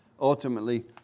ultimately